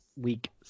week